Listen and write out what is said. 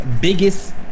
biggest